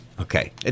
Okay